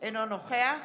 אינו נוכח